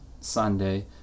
Sunday